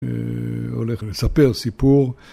הולך לספר סיפור.